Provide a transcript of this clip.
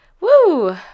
Woo